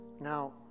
Now